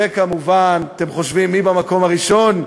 וכמובן, אתם חושבים, מי במקום הראשון?